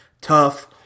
tough